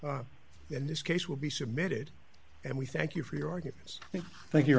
me in this case will be submitted and we thank you for your arguments you think you